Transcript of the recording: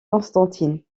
constantine